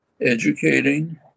educating